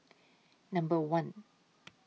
Number one